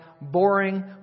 boring